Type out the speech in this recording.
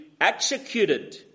executed